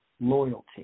loyalty